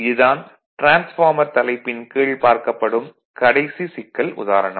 இது தான் டிரான்ஸ்பார்மர் தலைப்பின் கீழ் பார்க்கப்படும் கடைசி சிக்கல் உதாரணம்